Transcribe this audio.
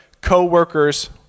co-workers